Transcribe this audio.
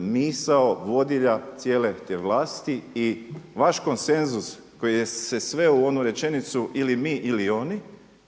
misao vodilja cijele te vlasti. I vaš konsenzus koji se je sveo u onu rečenicu ili mi ili oni